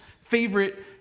favorite